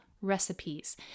recipes